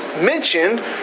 mentioned